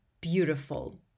beautiful